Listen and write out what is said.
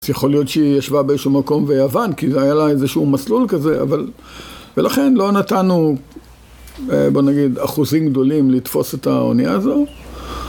יכול להיות שהיא ישבה באיזשהו מקום ביוון, כי זה היה לה איזשהו מסלול כזה, ולכן לא נתנו, בוא נגיד, אחוזים גדולים לתפוס את האונייה הזו.